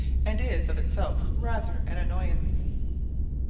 and is of itself rather an annoyance